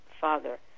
father